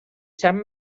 sant